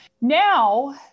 Now